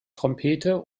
trompete